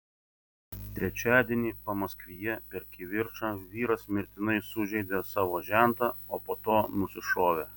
trečiadienį pamaskvyje per kivirčą vyras mirtinai sužeidė savo žentą o po to nusišovė